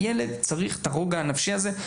הילד צריך את הרוגע הנפשי הזה,